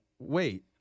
Wait